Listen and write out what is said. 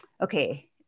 okay